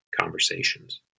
conversations